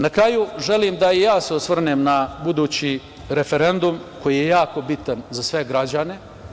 Na kraju, želim da se i ja osvrnem na budući referendum koji je jako bitan za sve građane.